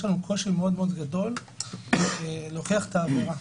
לנו קושי מאוד מאוד גדול להוכיח את העבירה.